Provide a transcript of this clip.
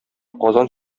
казан